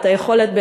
את היכולת,